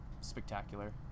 spectacular